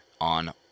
on